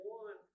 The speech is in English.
one